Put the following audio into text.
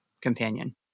companion